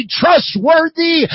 trustworthy